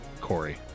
Corey